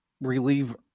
relieve